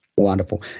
Wonderful